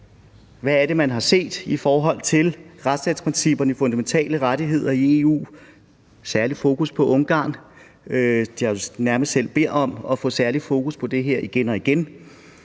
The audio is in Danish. hvad det er, man har set i forhold til retsstatsprincipperne, de fundamentale rettigheder i EU, med særlig fokus på Ungarn, der nærmest selv beder om at få særlig fokus på det her igen og igen.